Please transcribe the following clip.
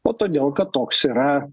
o todėl kad toks yra